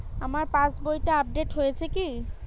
আমার পাশবইটা আপডেট হয়েছে কি?